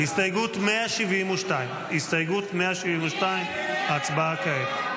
-- הסתייגות 172. הסתייגות 172, הצבעה כעת.